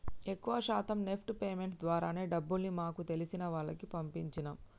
ఎక్కువ శాతం NEFT payments ద్వారానే డబ్బుల్ని మాకు తెలిసిన వాళ్లకి పంపించినం